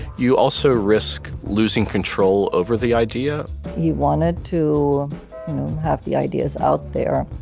you also risk losing control over the idea he wanted to have the ideas out there.